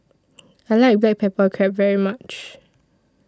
I like Black Pepper Crab very much